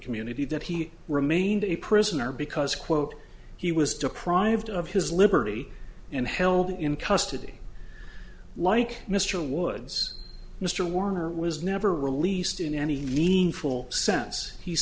community that he remained a prisoner because quote he was deprived of his liberty and held in custody like mr woods mr warner was never released in any meaningful sense he